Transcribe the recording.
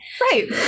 Right